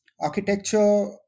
Architecture